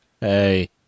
Hey